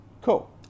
Cool